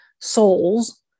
souls